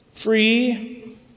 Free